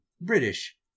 British